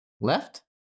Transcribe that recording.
left